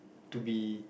to be